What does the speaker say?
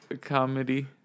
comedy